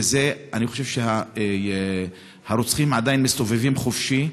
ואני חושב הרוצחים עדיין מסתובבים חופשי.